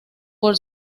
por